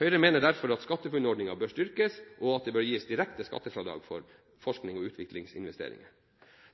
Høyre mener derfor at SkatteFUNN-ordningen bør styrkes, og at det bør gis direkte skattefradrag for forsknings- og utviklingsinvesteringer.